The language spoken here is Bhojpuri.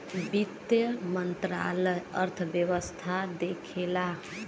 वित्त मंत्रालय अर्थव्यवस्था देखला